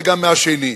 וגם מהשני,